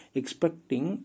expecting